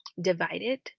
divided